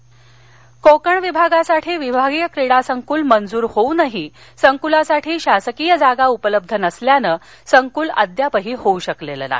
क्रीडा संकल कोकण विभागासाठी विभागीय क्रीडा संकुल मंजूर होऊनही संकुलासाठी शासकीय जागा उपलब्ध नसल्यानं संकुल होऊ शकलं नाही